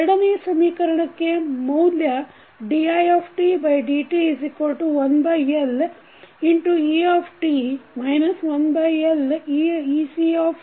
ಎರಡನೆಯ ಸಮೀಕರಣಕ್ಕೆ ಮೌಲ್ಯ didt1Let 1Lec RLi